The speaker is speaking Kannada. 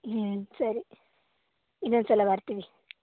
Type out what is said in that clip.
ಸರಿ ಇನ್ನೊಂದು ಸಲ ಬರ್ತೀವಿ